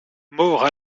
mort